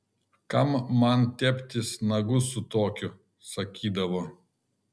kam man teptis nagus su tokiu sakydavo